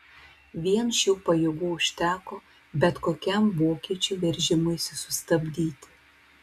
vien šių pajėgų užteko bet kokiam vokiečių veržimuisi sustabdyti